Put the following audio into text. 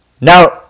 Now